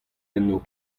eno